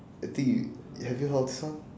I think you have you heard of this one